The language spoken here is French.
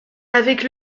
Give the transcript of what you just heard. avec